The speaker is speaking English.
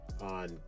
On